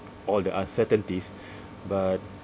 all the uncertainties but